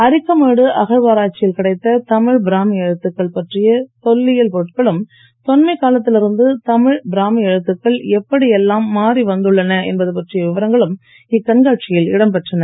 அரிக்கமேடு அகழ்வாராய்ச்சியில் கிடைத்த தமிழ் பிராமி எழுத்துக்கள் பற்றிய தொல்லியில் பொருட்களும் தொன்மைக் காலத்தில் இருந்து தமிழ் பிராமி எழுத்துக்கள் எப்படி எல்லாம் மாறி வந்துள்ளன என்பது பற்றிய விவரங்களும் இக்கண்காட்சியில் இடம் பெற்றன